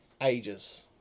ages